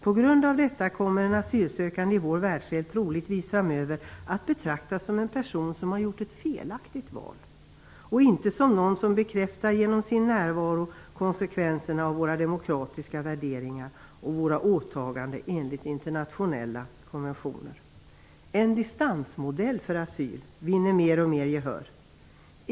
På grund av detta kommer en asylsökande i vår världsdel troligtvis framöver att betraktas som en person som har gjort ett felaktigt val, och inte som någon som genom sin närvaro bekräftar konsekvenserna av våra demokratiska värderingar och våra åtaganden enligt internationella konventioner. En distansmodell för asyl vinner mer och mer gehör.